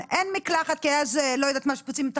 לא יכול להיות שכל הטיפול של נפגעי ונפגעות תקיפה מינית היום הוא